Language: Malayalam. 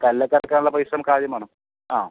കല്ലൊക്കെ ഇറക്കാനുള്ള പൈസ നമുക്കാദ്യം വേണം ആ